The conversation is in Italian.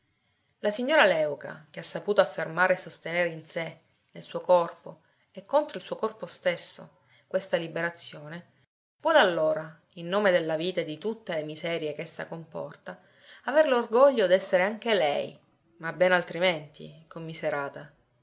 la signora léuca che ha saputo affermare e sostenere in sé nel suo corpo e contro il suo corpo stesso questa liberazione vuole allora in nome della vita e di tutte le miserie ch'essa comporta aver l'orgoglio d'essere anche lei ma ben altrimenti